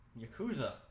Yakuza